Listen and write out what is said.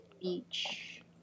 Beach